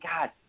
God